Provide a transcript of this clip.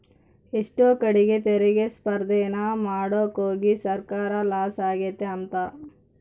ಎಷ್ಟೋ ಕಡೀಗ್ ತೆರಿಗೆ ಸ್ಪರ್ದೇನ ಮಾಡಾಕೋಗಿ ಸರ್ಕಾರ ಲಾಸ ಆಗೆತೆ ಅಂಬ್ತಾರ